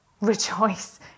rejoice